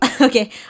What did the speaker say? Okay